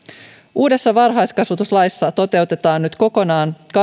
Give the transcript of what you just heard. uudessa varhaiskasvatuslaissa toteutetaan nyt kokonaan